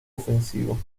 ofensivo